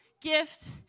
gift